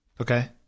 Okay